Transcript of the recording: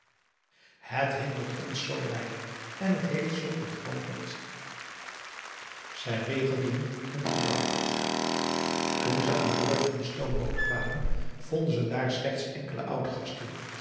het hindert ons zoo weinig en het heeft zulk een groot nut p a daum hoe hij raad van indië werd onder ps maurits zij regelden hun gedrag toen ze aan boord van de stoomboot kwamen vonden ze daar slechts enkele oudgasten